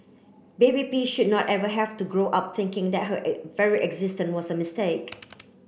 baby P should not ever have to grow up thinking that her very existence was a mistake